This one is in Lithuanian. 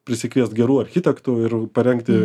prisikviest gerų architektų ir parengti